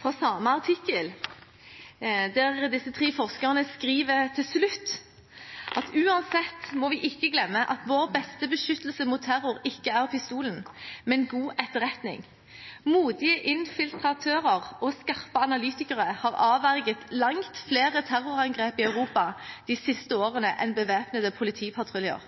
fra samme artikkel, der disse tre forskerne skriver til slutt: «Uansett må vi ikke glemme at vår beste beskyttelse mot terror ikke er pistolen, men god etterretning. Modige infiltratører og skarpe analytikere har avverget langt flere terrorangrep i Europa de siste årene enn bevæpnede politipatruljer.